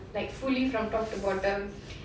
like fully from top to bottom